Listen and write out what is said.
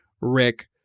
Rick